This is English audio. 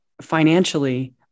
financially